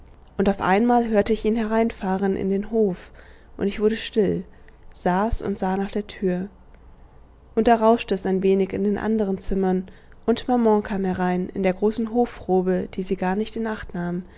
und auf einmal hörte ich ihn hereinfahren in den hof und ich wurde still saß und sah nach der tür und da rauschte es ein wenig in den anderen zimmern und maman kam herein in der großen hofrobe die sie gar nicht in acht nahm